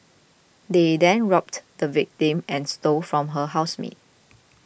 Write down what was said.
they then robbed the victim and stole from her housemate